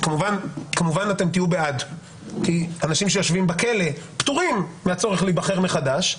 ואתם כמובן תהיו בעד כי אנשים שיושבים בכלא פטורים מהצורך להיבחר מחדש,